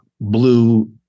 blue